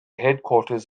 headquarters